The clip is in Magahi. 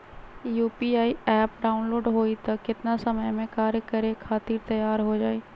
यू.पी.आई एप्प डाउनलोड होई त कितना समय मे कार्य करे खातीर तैयार हो जाई?